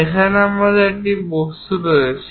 এখানে আমাদের একটি বস্তু আছে